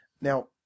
Now